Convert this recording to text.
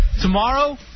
tomorrow